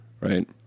right